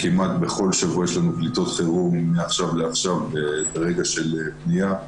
כמעט בכל שבוע יש לנו קליטות חירום ברגע של פנייה.